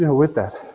you know with that,